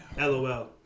LOL